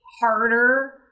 harder